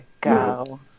go